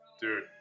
Dude